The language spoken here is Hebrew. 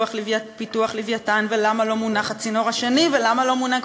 פיתוח "לווייתן" ולמה לא מונח הצינור השני ולמה לא מוענק